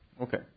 Okay